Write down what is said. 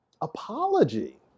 apology